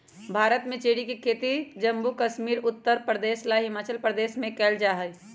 भारत में चेरी के खेती जम्मू कश्मीर उत्तर प्रदेश आ हिमाचल प्रदेश में कएल जाई छई